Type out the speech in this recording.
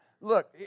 look